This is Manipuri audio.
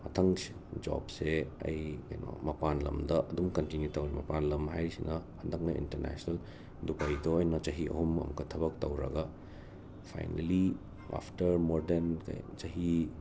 ꯃꯊꯪ ꯖꯣꯞꯁꯦ ꯑꯩ ꯀꯩꯅꯣ ꯃꯄꯥꯟ ꯂꯝꯗ ꯑꯗꯨꯝ ꯀꯟꯇꯤꯅ꯭ꯌꯨ ꯇꯧꯋꯦ ꯃꯄꯥꯟ ꯂꯝ ꯍꯥꯏꯔꯤꯁꯤꯅ ꯍꯟꯗꯛꯅ ꯏꯟꯇꯔꯅꯦꯁꯅꯦꯜ ꯗꯨꯕꯩꯗ ꯑꯣꯏꯅ ꯆꯍꯤ ꯑꯍꯨꯝ ꯑꯃꯨꯛꯀ ꯊꯕꯛ ꯇꯧꯔꯨꯔꯒ ꯐꯥꯏꯅꯦꯜꯂꯤ ꯑꯥꯐꯇꯔ ꯃꯣꯔ ꯗꯦꯟ ꯀꯔꯤ ꯆꯍꯤ